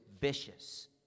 vicious